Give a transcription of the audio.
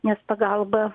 nes pagalba